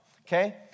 okay